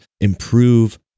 improve